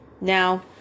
Now